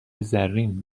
زرین